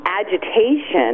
agitation